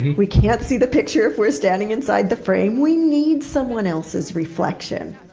we cannot see the picture if we're standing inside the frame. we need someone else's reflection!